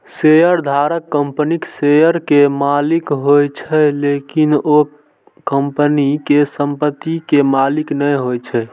शेयरधारक कंपनीक शेयर के मालिक होइ छै, लेकिन ओ कंपनी के संपत्ति के मालिक नै होइ छै